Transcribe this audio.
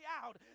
out